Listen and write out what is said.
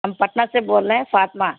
ہم پٹن سے بول رہے ہیں فاطمہ